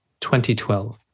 2012